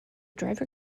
driver